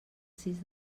sis